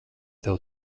tev